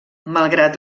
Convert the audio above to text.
malgrat